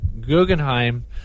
Guggenheim